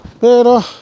pero